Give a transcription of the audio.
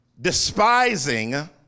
despising